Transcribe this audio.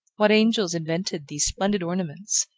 what angels invented these splendid ornaments,